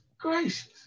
gracious